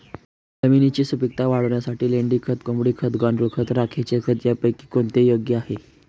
जमिनीची सुपिकता वाढवण्यासाठी लेंडी खत, कोंबडी खत, गांडूळ खत, राखेचे खत यापैकी कोणते योग्य आहे?